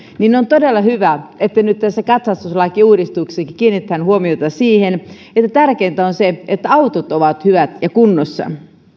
on todella hyvä että nyt tässä katsastuslakiuudistuksessakin kiinnitetään huomiota siihen että tärkeintä on se että autot ovat hyvät ja kunnossa